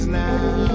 now